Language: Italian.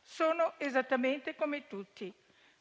Sono esattamente come tutti,